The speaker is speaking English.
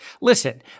Listen